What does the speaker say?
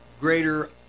greater